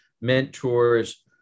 mentors